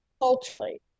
culturally